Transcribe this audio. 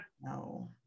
no